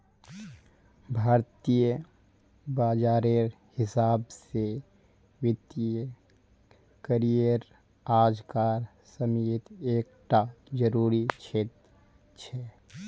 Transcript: भारतीय बाजारेर हिसाब से वित्तिय करिएर आज कार समयेत एक टा ज़रूरी क्षेत्र छे